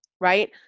right